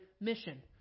mission